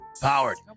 Powered